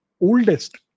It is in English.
oldest